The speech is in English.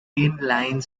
inline